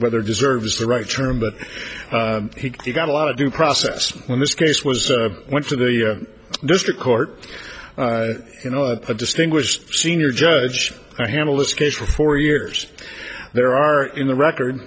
whether deserves the right term but he got a lot of due process when this case was went to the district court you know a distinguished senior judge i handle this case for four years there are in the record